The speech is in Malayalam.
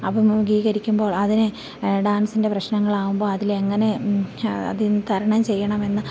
അഭിമുഖീകരിക്കുമ്പോൾ അതിന് ഡാൻസിൻ്റെ പ്രശ്നങ്ങളാവുമ്പോള് അതില് എങ്ങനെ അതില്നിന്നു തരണം ചെയ്യണമെന്ന്